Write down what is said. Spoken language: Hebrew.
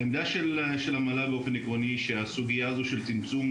העמדה של המל"ל היא שהסוגייה הזו של צמצום